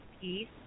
peace